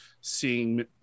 seeing